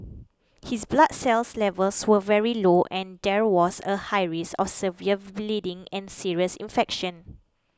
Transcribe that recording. his blood cells levels were very low and there was a high risk of severe bleeding and serious infection